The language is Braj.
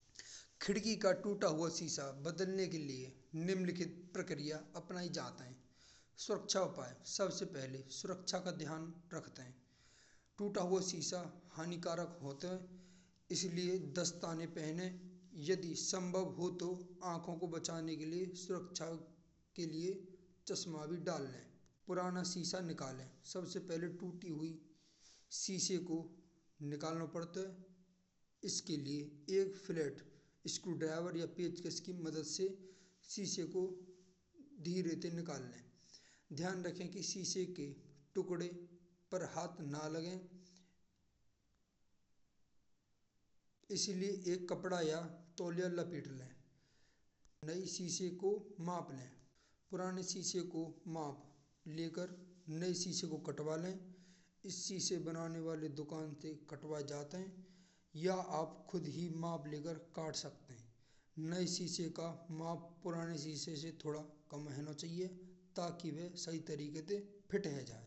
खिड़की का टूटा हुआ शीशा बदलने के लिए निम्नलिखित प्रक्रिया अपनाई जात है। स्वरक्षा उपाय सबसे पहले सुरक्षा का ध्यान रखते हैं। टूटा हुआ शीशा हानिकारक होतो है। इसलिए दस्ताने पहने। यदि संभव हो तो आँखों को बचाने के लिए सुरक्षा के लिए चश्मा भी डाल लें। पुराना शीशा निकालें सबसे पहले टूटी हुई शीशे को निकालना पड़तो है। इसके लिए एक फ्लैट स्क्रू ड्राइवर या पेचकस की मदद से शीशे को धीरेते निकाल लें। ध्यान रखें कि शीशे के टुकड़े पर हाथ न लगे। इसलिए एक कपड़ा या तोलिया लपेट लें। नए शीशे को नाप लें। पुराने शीशे को नाप लेकर नए शीशे को कटवा लें। इस शीशे बनाने वाले दुकान से कटवा जाते हैं। या आप खुद ही नाप लेकर कट सकते हैं। नई शीश का नाप पुराने शीशे से थोड़ा कम होना चाहिए। ताकि वह सही तरीके ते फिट है जाए।